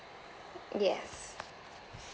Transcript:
yes